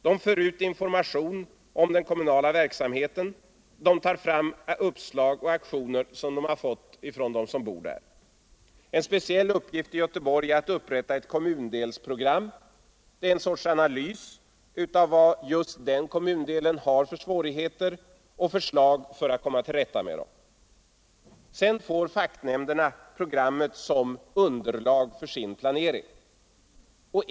De för ut information om den kommunala verksamheten, de tar fram aktioner och uppslag som de har fått från dem som bor där. En speciell uppgift i Göteborg är att upprätta ett ”kommundelsprogram”. Det är en sorts analys av vad just den kommundelen har för svårigheter och förslag till åtgärder för att komma till rätta med dem. Facknämnderna får sedan programmet som underlag för sin planering.